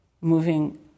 moving